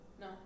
no